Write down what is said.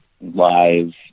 live